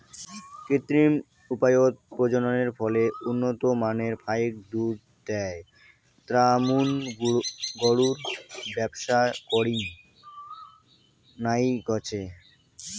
কৃত্রিম উপায়ত প্রজননের ফলে উন্নত মানের ফাইক দুধ দেয় এ্যামুন গরুর ব্যবসা করির নাইগচে